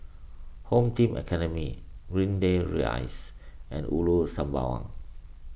Home Team Academy Greendale Rise and Ulu Sembawang